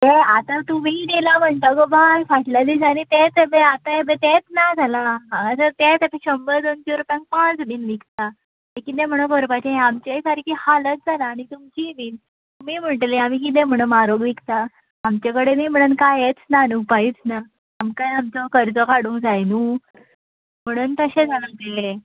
हे आतां तूं बेगीन येला म्हणटा गो बाय फाटल्या दिसांनी तेच ये पळय आतां तेच ना जाला तेच आतां शंबर दोनशे रुपयांन पांच बीन विकता कितें म्हणून करपाचे हे आमचेय सारकी हालत जालां आनी तुमचीय बीन तुमी म्हणटले आमी कितें म्हणून म्हारग विकता आमचे कडेनूय बीन म्हणून काय हेच ना काय उपायूच ना आमकांय जावं खर्च काडूंक जाय न्हू म्हणून तशे जाला ते